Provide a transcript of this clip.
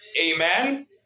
Amen